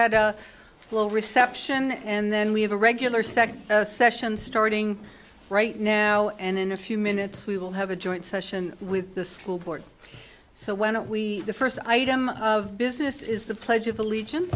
had a little reception and then we have a regular second session starting right now and in a few minutes we will have a joint session with the school board so when we the first item of business is the pledge of allegiance